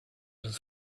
his